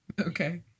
Okay